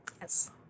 Yes